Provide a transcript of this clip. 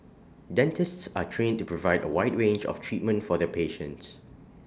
dentists are trained to provide A wide range of treatment for their patients